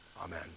Amen